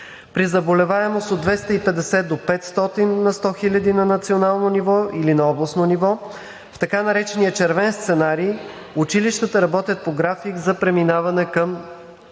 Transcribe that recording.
При заболеваемост от 250 до 500 на 100 хиляди на национално ниво или на областно ниво, в така наречения червен сценарий, училищата работят по график за преминаване към